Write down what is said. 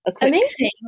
amazing